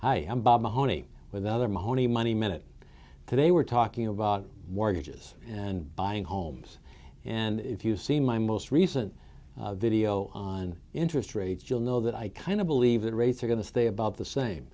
am bob mahoney with other mahoney money minute they were talking about mortgages and buying homes and if you see my most recent video on interest rates you'll know that i kind of believe that rates are going to stay about the same